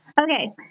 Okay